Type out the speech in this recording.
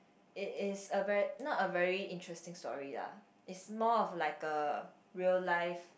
it is a very not a very interesting story lah its more of like a real life